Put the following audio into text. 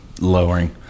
Lowering